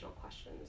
questions